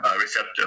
receptor